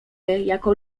jako